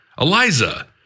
Eliza